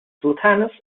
sultanas